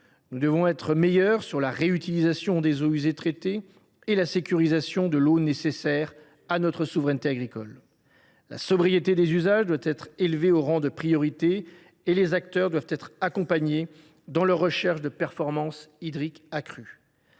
Nous devons être meilleurs dans la réutilisation des eaux usées traitées et dans la sécurisation de l’eau nécessaire à notre souveraineté agricole. La sobriété des usages doit être élevée au rang de priorité et les acteurs doivent être accompagnés dans leur recherche de performance hydrique accrue.